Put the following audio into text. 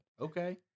Okay